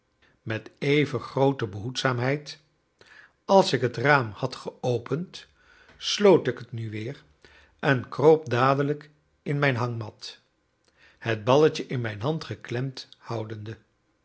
met even groote behoedzaamheid als ik het raam had geopend sloot ik het nu weer en kroop dadelijk in mijn hangmat het balletje in mijn hand geklemd houdende